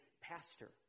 pastor